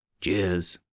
Cheers